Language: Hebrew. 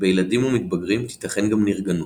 בילדים ומתבגרים תיתכן גם נרגנות.